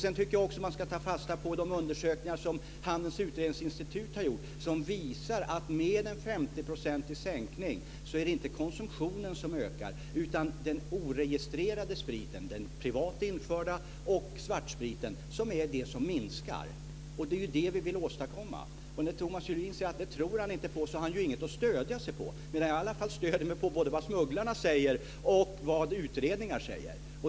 Jag tycker också att man ska ta fasta på de undersökningar som Handelns utredningsinstitut har gjort och som visar att med en 50-procentig sänkning av priset ökar inte konsumtionen utan den oregistrerade spriten, den privat införda spriten och svartspriten, minskar. Och det är ju detta som vi vill åstadkomma. När Thomas Julin säger att han inte tror på det, så har han ju inget att stödja sig på. Men jag stöder mig i alla fall på både vad smugglare och utredningar säger.